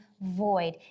void